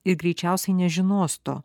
ir greičiausiai nežinos to